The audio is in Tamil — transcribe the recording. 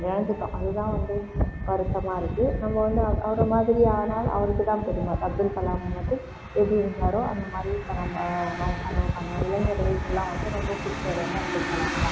இழந்துட்டோம் அது தான் வந்து வருத்தமாக இருக்கு நம்ம வந்து அவ அவரை மாதிரி ஆனால் அவருக்கு தான் பெரும அப்துல்கலாம் வந்து எப்படி இருந்தாரோ அந்த மாரி இப்போ நம்ப நாம் கனவு காணுவோம் இளைஞர்களுக்குலாம் வந்து ரொம்ப பிடிச்சவர் வந்து அப்துல்கலாம் தான்